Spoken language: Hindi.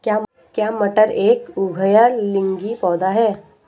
क्या मटर एक उभयलिंगी पौधा है?